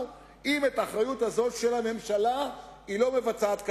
אם את האחריות הזו של הממשלה היא לא מבצעת כדין.